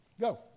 Go